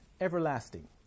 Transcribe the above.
everlasting